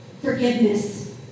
Forgiveness